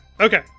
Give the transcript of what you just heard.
okay